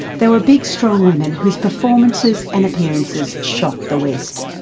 they were big, strong women whose performances and appearances shocked the west.